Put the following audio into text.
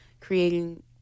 creating